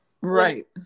right